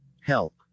Help